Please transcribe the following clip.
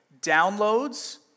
downloads